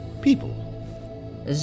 People